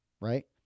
Right